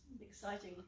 exciting